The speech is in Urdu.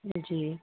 جی